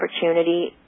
opportunity